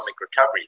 recovery